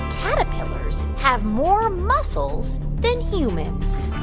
caterpillars have more muscles than humans?